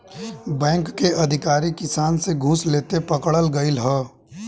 bank के अधिकारी किसान से घूस लेते पकड़ल गइल ह